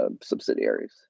subsidiaries